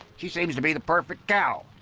she seems to be the perfect cow,